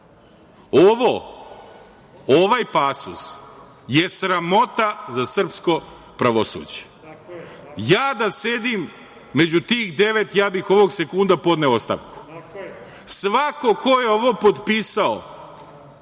poznaje? Ovaj pasus je sramota za srpsko pravosuđe. Ja da sedim među tih devet, ja bih ovog sekunda podneo ostavku. Svako ko je ovo potpisao